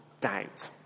doubt